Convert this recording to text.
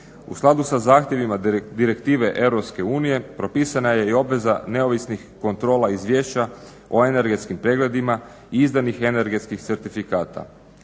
U skladu sa zahtjevima Direktive EU propisana je i obveza neovisnih kontrola izvješća o energetskim pregledima izdanih energetskih certifikata.